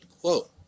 quote